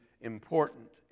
important